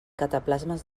cataplasmes